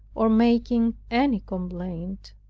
or making any complaint.